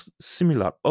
similar